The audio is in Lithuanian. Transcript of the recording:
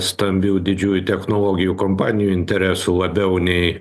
stambių didžiųjų technologijų kompanijų interesų labiau nei